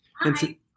Hi